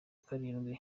karindwi